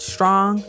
Strong